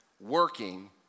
working